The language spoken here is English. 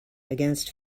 against